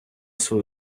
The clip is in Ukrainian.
свою